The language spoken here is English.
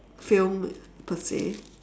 film per se